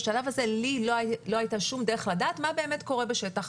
בשלב הזה לי לא הייתה כל דרך לדעת מה באמת קורה בשטח,